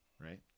right